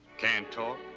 can't talk,